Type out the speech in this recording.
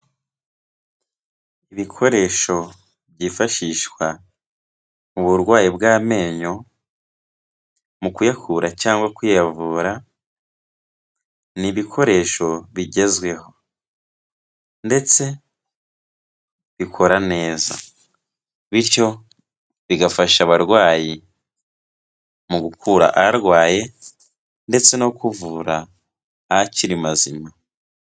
Ibikoresho byifashishwa mu burwayi bw'amenyo, mu kuyakura cyangwa kuyavura, ni ibikoresho bigezweho ndetse bikora neza bityo bigafasha abarwayi mu gukura arwaye ndetse no kuvura akiri mazima.